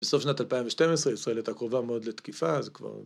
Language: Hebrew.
‫בסוף שנת 2012 ישראל הייתה ‫קרובה מאוד לתקיפה, אז כבר...